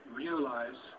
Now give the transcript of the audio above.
realize